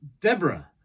Deborah